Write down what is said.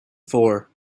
for